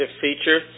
feature